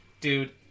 dude